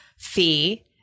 Fee